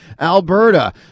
Alberta